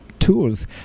Tools